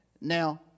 Now